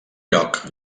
lloc